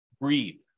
Breathe